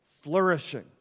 flourishing